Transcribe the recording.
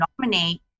nominate